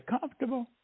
comfortable